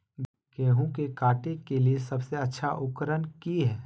गेहूं के काटे के लिए सबसे अच्छा उकरन की है?